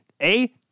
A-